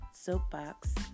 Soapbox